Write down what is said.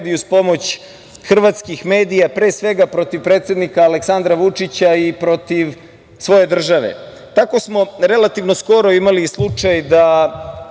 i uz pomoć hrvatskih medija, pre svega protiv predsednika Aleksandra Vučića i protiv svoje države. Tako smo relativno skoro imali slučaj da